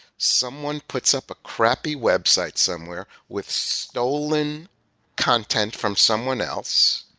someone puts up a crappy website somewhere with stolen content from someone else.